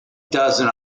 dozen